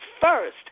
first